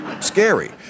scary